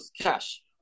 cash